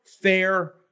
fair